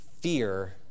Fear